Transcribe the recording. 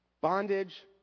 Bondage